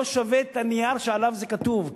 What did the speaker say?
לא שווה את הנייר שעליו זה כתוב,